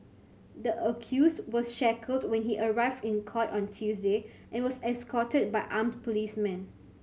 the accused was shackled when he arrived in court on Tuesday and was escorted by armed policemen